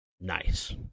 Nice